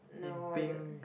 no I don't